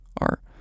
Are